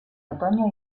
otoño